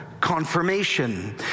Confirmation